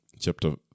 chapter